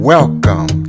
Welcome